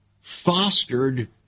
fostered